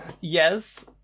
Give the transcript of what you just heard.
Yes